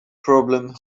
problem